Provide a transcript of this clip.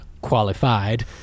qualified